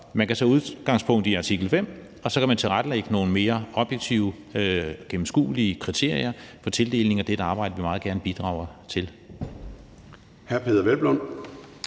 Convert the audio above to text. man kan tage udgangspunkt i artikel 5, og så kan man tilrettelægge nogle mere objektive, gennemskuelige kriterier i forbindelse med dette arbejde, og det bidrager vi